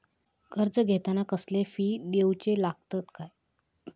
कर्ज घेताना कसले फी दिऊचे लागतत काय?